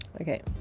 Okay